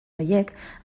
horiek